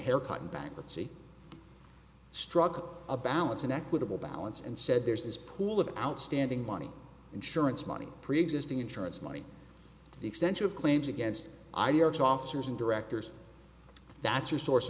haircut in bankruptcy struck a balance and equitable balance and said there's this pool of outstanding money insurance money preexisting insurance money the extension of claims against ideas officers and directors that's your source